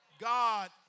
God